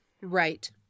Right